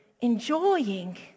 enjoying